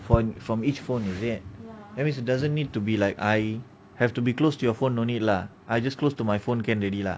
for from each phone is it that means it doesn't need to be like I have to be close to your phone no need lah I just close to my phone can already lah